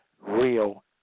real